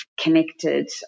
connected